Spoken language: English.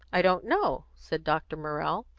i don't know, said dr. morrell.